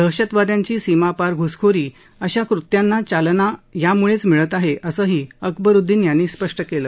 दहशतवाद्यांची सीमापार घुसखोरी या कृत्यांना चालना मिळत आहे असंही अकबरुद्दीन यांनी स्पष्ट केलं